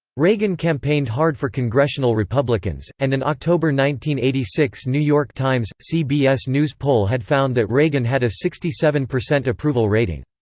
reagan campaigned hard for congressional republicans and and ah but but eighty six new york times cbs news poll had found that reagan had a sixty seven percent approval rating.